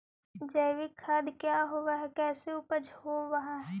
जैविक खाद क्या होब हाय कैसे उपज हो ब्हाय?